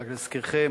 להזכירכם,